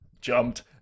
jumped